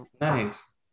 nice